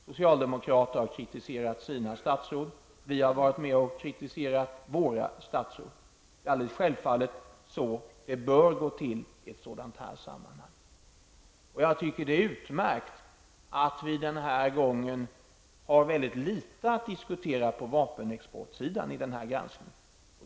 Socialdemokraterna har kritiserat sina statsråd, vi har varit med att kritisera våra. Det är självfallet så det bör gå till. Jag tycker det är utmärkt att vi denna gång har väldigt litet att diskutera om vapenexportsidan i denna granskning.